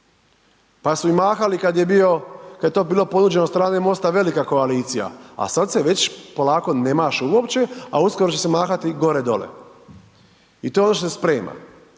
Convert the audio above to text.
kad je bio, kad je to bilo ponuđeno od strane MOST-a velika koalicija, a sad se polako ne maše uopće, a uskoro će se mahati gore dole i to je ono što se sprema,